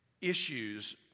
issues